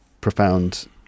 profound